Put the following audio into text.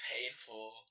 painful